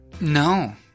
No